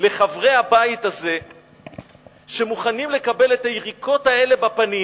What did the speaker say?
לחברי הבית הזה שמוכנים לקבל את היריקות האלה בפנים.